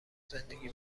زندگی